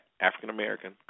African-American